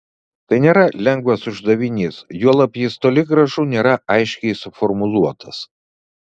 tai nėra lengvas uždavinys juolab jis toli gražu nėra aiškiai suformuluotas